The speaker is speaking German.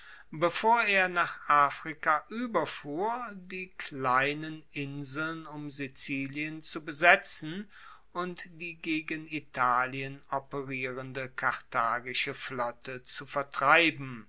bevor er nach afrika ueberfuhr die kleinen inseln um sizilien zu besetzen und die gegen italien operierende karthagische flotte zu vertreiben